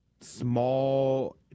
small